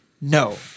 no